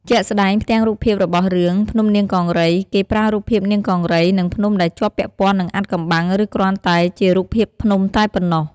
ជាក់ស្ដែង ផ្ទាំងរូបភាពរបស់រឿង 'ភ្នំនាងកង្រី' គេប្រើរូបភាពនាងកង្រី និងភ្នំដែលជាប់ពាក់ព័ន្ធនឹងអាថ៌កំបាំង ឬគ្រាន់តែជារូបភាពភ្នំតែប៉ុណ្ណោះ។